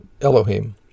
Elohim